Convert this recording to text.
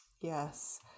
Yes